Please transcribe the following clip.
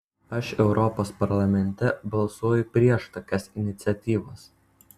aš europos parlamente balsuoju prieš tokias iniciatyvas